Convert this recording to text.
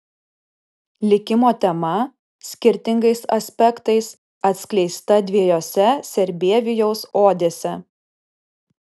likimo tema skirtingais aspektais atskleista dviejose sarbievijaus odėse